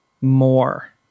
more